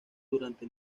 durante